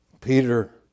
Peter